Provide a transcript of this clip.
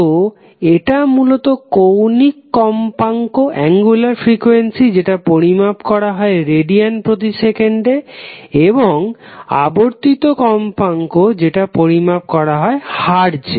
তো এটা মূলত কৌণিক কম্পাঙ্ক যেটা পরিমাপ করা হয় রেডিয়ান প্রতি সেকেণ্ডে তার সঙ্গে আবর্তিত কম্পাঙ্ক যেটা পরিমাপ করা হয় হার্জে